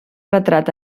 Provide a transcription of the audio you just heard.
retrat